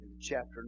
chapter